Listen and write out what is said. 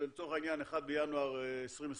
לצורך העניין אחד בינואר 2021,